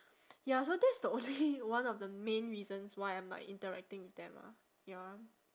ya so that's the only one of the main reasons why I'm like interacting with them ah ya